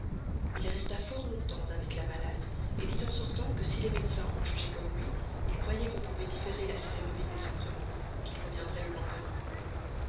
il resta fort longtemps avec la malade dit en sortant que si les médecins en jugeaient comme lui il croyait qu'on pouvait différer la cérémonie des sacrements qu'il reviendrait le lendemain